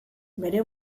bere